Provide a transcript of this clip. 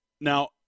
Now